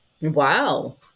Wow